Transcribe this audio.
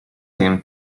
him